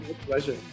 pleasure